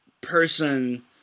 person